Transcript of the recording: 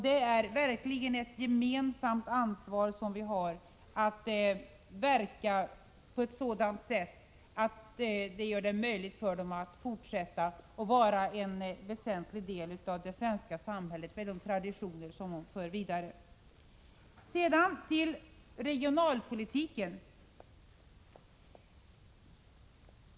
Vi har verkligen ett gemensamt ansvar att verka för deras möjligheter att fortsätta att vara en väsentlig del av det svenska samhället, med de traditioner som samerna för vidare. Sedan vill jag ta upp regionalpolitiken.